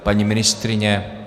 Paní ministryně?